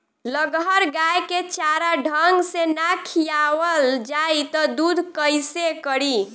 लगहर गाय के चारा ढंग से ना खियावल जाई त दूध कईसे करी